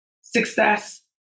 success